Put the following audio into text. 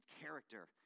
character